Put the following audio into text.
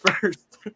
first